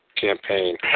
campaign